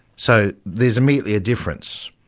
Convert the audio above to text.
so there's immediately a difference.